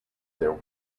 their